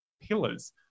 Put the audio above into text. pillars